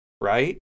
right